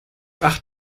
acht